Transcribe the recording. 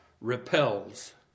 repels